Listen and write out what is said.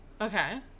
Okay